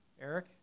Eric